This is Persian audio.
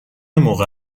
موقع